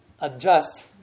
adjust